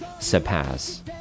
surpass